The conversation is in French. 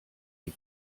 une